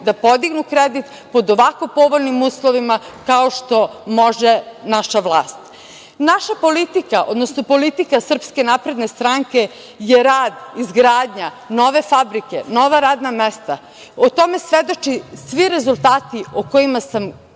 da podignu kredit pod ovako povoljnim uslovima kao što može naša vlast. Naša politika, odnosno politika SNS je rad, izgradnja, nove fabrike, nova radna mesta. O tome svedoče svi rezultati o kojima sam i ja